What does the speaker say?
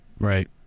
Right